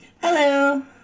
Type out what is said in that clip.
Hello